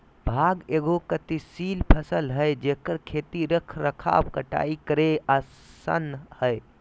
भांग एगो गतिशील फसल हइ जेकर खेती रख रखाव कटाई करेय आसन हइ